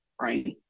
right